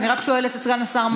אני רק שואלת את סגן השר.